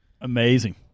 Amazing